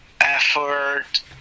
effort